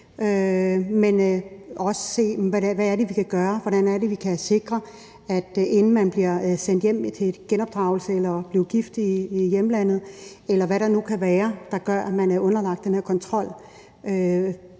skal også se på, hvad det er, vi kan gøre, hvordan vi kan sikre noget, inden man bliver sendt hjem på genopdragelse eller bliver gift i hjemlandet, eller hvad der nu kan være, der gør, at man er underlagt den her kontrol,